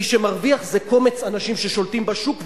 מי שמרוויח זה קומץ אנשים ששולטים בשוק,